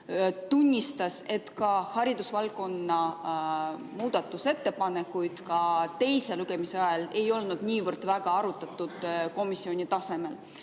tunnistas, et ka haridusvaldkonna muudatusettepanekuid teise lugemise ajal väga ei arutatud komisjoni tasemel.